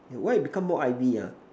and why you become more I_V ah